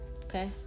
okay